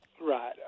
Right